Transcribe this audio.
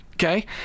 Okay